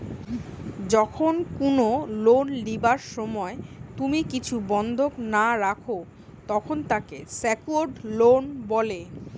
যখন কুনো লোন লিবার সময় তুমি কিছু বন্ধক না রাখো, তখন তাকে সেক্যুরড লোন বলে